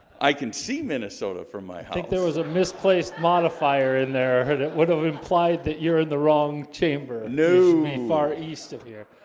i can see, minnesota from my i think there was a misplaced modifier in there? that would have implied that you're in the wrong chamber no far east of here